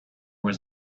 was